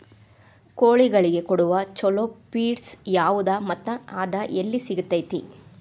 ಕೋಳಿಗಳಿಗೆ ಕೊಡುವ ಛಲೋ ಪಿಡ್ಸ್ ಯಾವದ ಮತ್ತ ಅದ ಎಲ್ಲಿ ಸಿಗತೇತಿ?